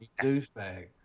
douchebag